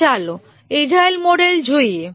હવે ચાલો agile model જોઈએ